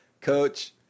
Coach